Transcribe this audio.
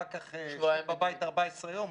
אחר כך שב בבית 14 יום,